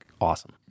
awesome